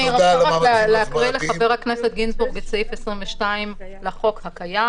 אני רוצה להקריא לחבר הכנסת גינזבורג מה כתוב בסעיף 22 לחוק הקיים,